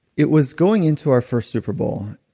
it was going into our first super bowl.